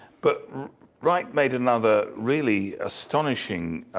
but wright made another really astonishing